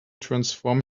transform